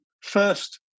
first